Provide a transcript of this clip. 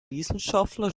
wissenschaftler